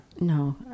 No